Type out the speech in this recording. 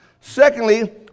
Secondly